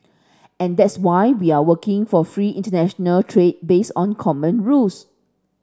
and that's why we are working for free international trade based on common rules